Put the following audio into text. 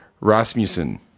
Rasmussen